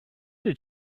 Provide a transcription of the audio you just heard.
did